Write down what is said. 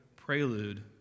prelude